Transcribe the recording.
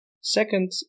second